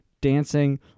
dancing